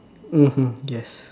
mmhmm yes